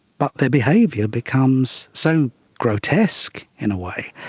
but their behaviour becomes so grotesque, in a way,